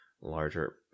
larger